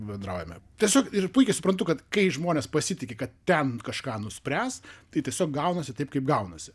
bendraujame tiesiog ir puikiai suprantu kad kai žmonės pasitiki kad ten kažką nuspręs tai tiesiog gaunasi taip kaip gaunasi